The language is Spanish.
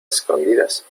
escondidas